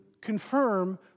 confirm